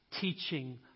teaching